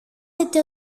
κάθεται